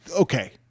Okay